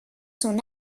son